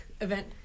event